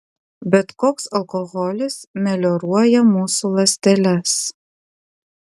bet koks alkoholis melioruoja mūsų ląsteles